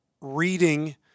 reading